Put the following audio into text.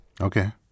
okay